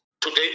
Today